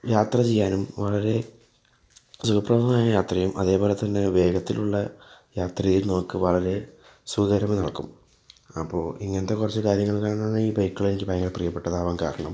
യാത്രചെയ്യാനും വളരെ സുഖപ്രദമായ യാത്രയും അതുപോലെ തന്നെ വേഗത്തിലുള്ള യാത്രയിൽ നമുക്ക് വളരെ സുഖകരമാക്കും അപ്പോൾ ഇങ്ങനത്തെ കുറച്ചു കാര്യങ്ങൾ കാരണമാണ് ഈ ബൈക്കുകൾ എനിക്ക് ഭയങ്കര പ്രിയപ്പെട്ടതാകാൻ കാരണം